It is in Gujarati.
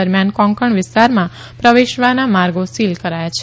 દરમિયાન કોકણ વિસ્તારમાં પ્રવેશવાના માર્ગો સીલ કરાયા છે